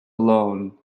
alone